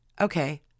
okay